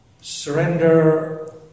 Surrender